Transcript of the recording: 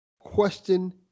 Question